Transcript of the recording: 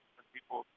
People